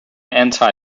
anti